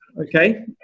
okay